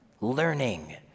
learning